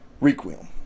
Requiem